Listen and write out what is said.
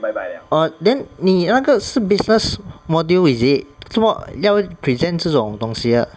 err then 你那个是 business module is it 做么要 present 这种东西的